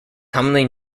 commonly